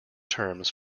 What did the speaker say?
terms